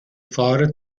fahrer